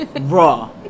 Raw